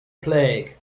plague